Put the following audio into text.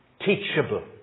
teachable